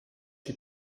she